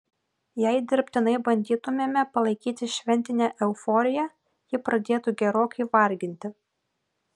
jei dirbtinai bandytumėme palaikyti šventinę euforiją ji pradėtų gerokai varginti